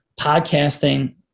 podcasting